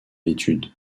l’étude